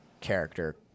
character